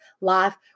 life